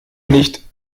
nicht